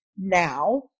now